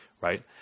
Right